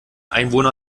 einwohner